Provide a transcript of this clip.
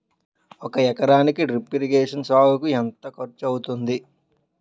ఒక ఎకరానికి drip irrigation సాగుకు ఎంత ఖర్చు అవుతుంది?